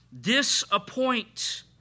disappoint